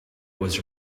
was